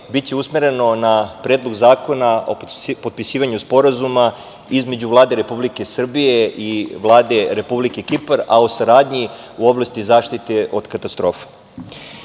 biće usmereno na Predlog zakona o potpisivanju Sporazuma između Vlada Republike Srbije i Vlade Republike Kipar, a o saradnji u oblasti zaštite od katastrofa. Na